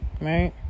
right